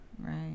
Right